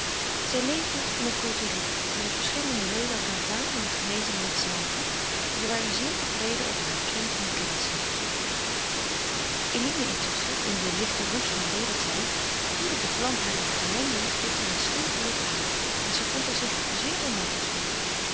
zij leefden in een côterie wier verschillende leden elkaar vaak en met gemeenzaamheid zagen en zij waren zeer tevreden over haar kring van kennissen eline intusschen in dien lichten roes van wereldschheid voedde de vlam harer geheime liefde in een stil geluk aan en zij vond er zich zeer romantisch om